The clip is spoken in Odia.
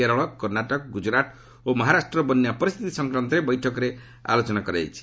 କେରଳ କର୍ଷାଟକ ଗୁଜରାଟ ଓ ମହାରାଷ୍ଟ୍ରର ବନ୍ୟା ପରିସ୍ଥିତି ସଂକ୍ରାନ୍ତରେ ବୈଠକରେ ଆଲୋଚନା କରାଯାଇଛି